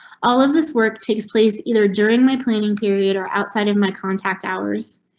all of this work takes place. either during my planning period or outside of my contact hours.